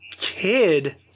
kid